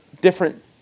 different